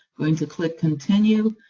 going to click continue,